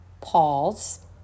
pause